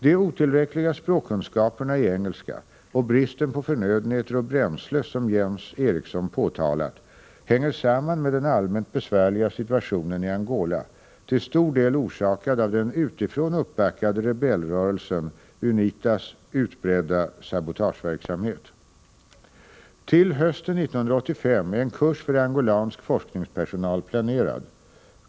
De otillräckliga språkkunskaperna i engelska och bristen på förnödenheter och bränsle, som Jens Eriksson påtalat, hänger samman med den allmänt besvärliga situationen i Angola, till stor del orsakad av den utifrån uppbackade rebellrörelsen UNITA:s utbredda sabotageverksamhet. Till hösten 1985 är en kurs för angolansk forskningspersonal planerad.